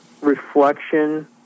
reflection